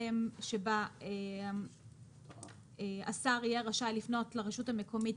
שבה השר יהיה רשאי לפנות לרשות המקומית